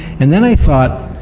and then i thought,